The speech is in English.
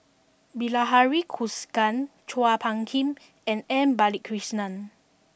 Bilahari Kausikan Chua Phung Kim and M Balakrishnan